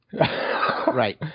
right